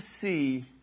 see